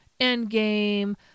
Endgame